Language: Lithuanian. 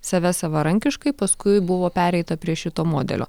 save savarankiškai paskui buvo pereita prie šito modelio